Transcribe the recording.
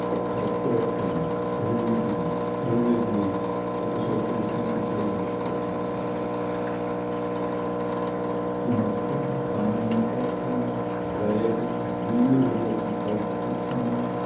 kartoffeln rüben rübli oder sollten es nur die bohnenstecken sein die matten kamen in ordnung gräben wühre wurden aufgetan